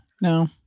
No